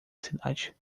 cidade